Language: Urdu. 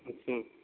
اچھا